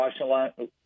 Washington